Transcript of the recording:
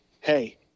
hey